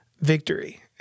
victory